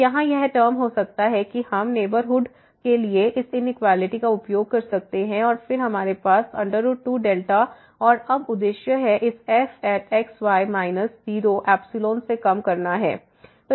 तो यहां यह टर्म हो सकता है कि हम नेबरहुड के लिए उस इनिक्वालिटी का उपयोग कर सकते हैं और फिर हमारे पास 2δ है और अब उद्देश्य है इस fx y माइनस 0 से कम करना है